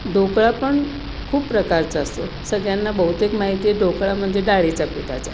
ढोकळा पण खूप प्रकारचा असतो सगळ्यांना बहुतेक माहिती आहे ढोकळा म्हणजे डाळीच्या पिठाचा